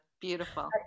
Beautiful